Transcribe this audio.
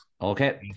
Okay